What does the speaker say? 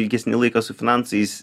ilgesnį laiką su finansais